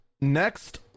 next